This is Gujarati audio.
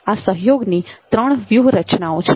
આ સહયોગની ત્રણ વ્યુહરચનાઓ છે